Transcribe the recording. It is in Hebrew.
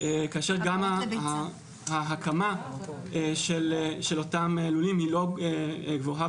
כאשר ההקמה של אותם לולים היא לא גבוהה